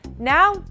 Now